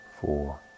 four